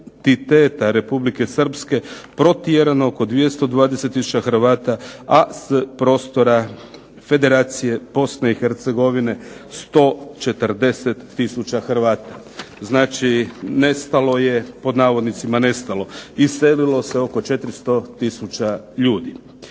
etiteta Republike Srpske protjerano oko 220 tisuća Hrvata, a s prostora Federacije Bosne i Hercegovine 140 tisuća Hrvata. Znači nestalo je, pod navodnicima nestalo, iselilo se oko 400 tisuća ljudi.